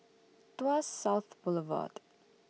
Tuas South Boulevard